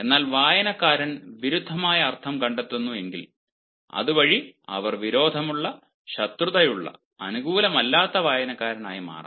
എന്നാൽ വായനക്കാരൻ വിരുദ്ധമായ അർത്ഥം കണ്ടെത്തുന്നു എങ്കിൽ അതുവഴി അവർ വിരോധമുള്ള ശത്രുതയുള്ള അനുകൂലമല്ലാത്ത വായനക്കാരൻ ആയി മാറാം